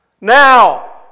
Now